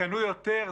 קנו יותר.